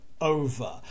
over